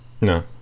No